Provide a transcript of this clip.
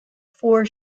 four